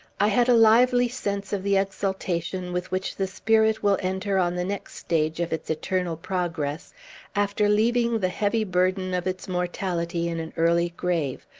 i had a lively sense of the exultation with which the spirit will enter on the next stage of its eternal progress after leaving the heavy burden of its mortality in an early grave,